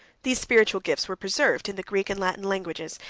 these spiritual gifts were preserved in the greek and latin languages,